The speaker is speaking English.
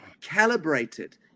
calibrated